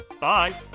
Bye